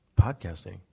Podcasting